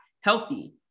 healthy